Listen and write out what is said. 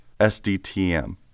SDTM